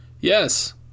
Yes